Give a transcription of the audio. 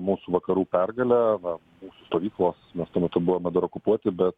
mūsų vakarų pergale mūsų stovyklos mes tuo metu buvome okupuoti bet